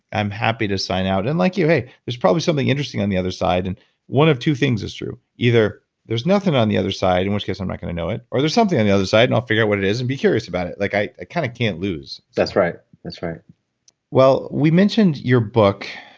i'm happy to sign out and like you, hey, there's probably something interesting on the other side and one of two things is true. either there's nothing on the other side, in which case i'm not going to know it, or there's something on the other side and i'll figure out what it is and be curious about it. like i kind of can't lose can't lose that's right. that's right well, we mentioned your book,